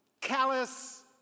callous